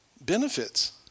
Benefits